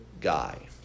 guy